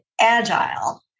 Agile